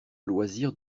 loisir